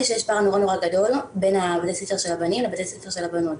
שיש פער נורא נורא גדול בין בתי הספר של הבנים לבתי הספר של הבנות.